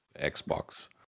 Xbox